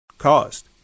caused